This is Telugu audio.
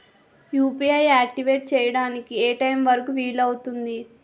యు.పి.ఐ ఆక్టివేట్ చెయ్యడానికి ఏ టైమ్ వరుకు వీలు అవుతుంది?